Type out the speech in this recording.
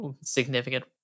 significant